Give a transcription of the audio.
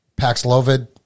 Paxlovid